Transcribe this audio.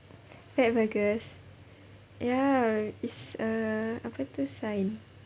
fatburgers ya is a apa tu sign